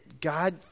God